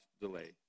delay